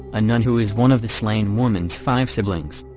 a nun who is one of the slain woman's five siblings.